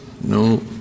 no